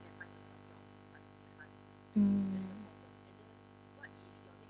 mm